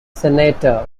centaur